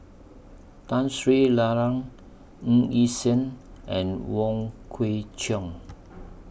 Tun Sri Lanang Ng Yi Sheng and Wong Kwei Cheong